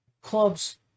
clubs